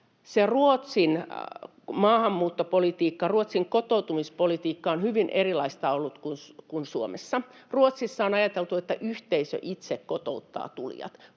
Ruotsin maahanmuuttopolitiikka, Ruotsin kotoutumispolitiikka on hyvin erilaista ollut kuin Suomessa. Ruotsissa on ajateltu, että yhteisö itse kotouttaa tulijat,